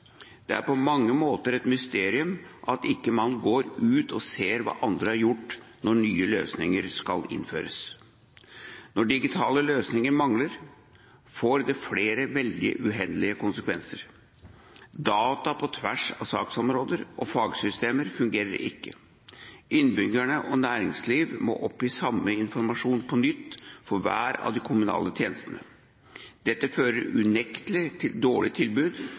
Det er på mange måter et mysterium at man ikke går ut og ser hva andre har gjort, når nye løsninger skal innføres. Når digitale løsninger mangler, får det flere veldig uheldige konsekvenser. Data på tvers av saksområder og fagsystemer fungerer ikke. Innbyggere og næringsliv må oppgi samme informasjon på nytt for hver av de kommunale tjenestene. Dette fører unektelig til et dårlig tilbud,